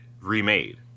remade